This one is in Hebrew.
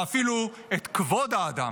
ואפילו את כבוד האדם.